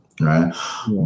right